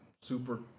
super